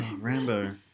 Rambo